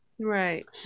Right